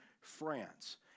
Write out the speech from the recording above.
France